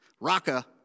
Raka